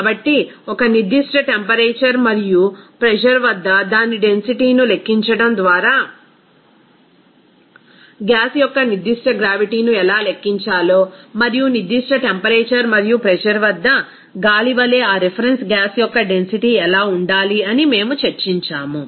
కాబట్టి ఒక నిర్దిష్ట టెంపరేచర్ మరియు ప్రెజర్ వద్ద దాని డెన్సిటీ ను లెక్కించడం ద్వారా గ్యాస్ యొక్క నిర్దిష్ట గ్రావిటీ ను ఎలా లెక్కించాలో మరియు నిర్దిష్ట టెంపరేచర్ మరియు ప్రెజర్ వద్ద గాలి వలె ఆ రిఫరెన్స్ గ్యాస్ యొక్క డెన్సిటీ ఎలా ఉండాలి అని మేము చర్చించాము